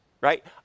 right